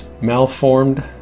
malformed